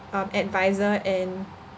um advisor and